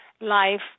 life